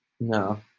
No